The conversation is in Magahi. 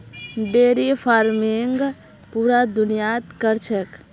डेयरी फार्मिंग पूरा दुनियात क र छेक